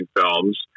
films